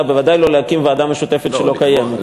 ובוודאי לא הקים ועדה משותפת שלא קיימת.